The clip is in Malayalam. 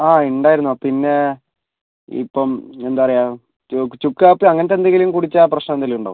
അ ഉണ്ടായിരുന്നു പിന്നേ ഇപ്പം എന്താ പറയുക ചുക്ക് കാപ്പി അങ്ങനത്തെ എന്തെങ്കിലും കുടിച്ചാൽ പ്രശ്നം എന്തെങ്കിലും ഉണ്ടോ